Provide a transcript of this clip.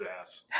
ass